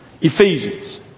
Ephesians